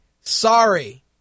Sorry